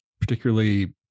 particularly